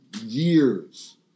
years